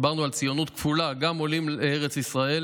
דיברנו על ציונות כפולה: גם עולים לארץ ישראל